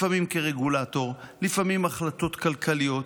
לפעמים כרגולטור, לפעמים החלטות כלכליות.